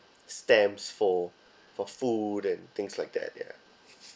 stamps for for food and things like that yeah